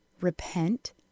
Repent